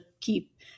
keep